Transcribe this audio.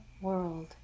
world